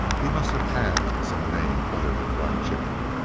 he must have had some name other than black jack.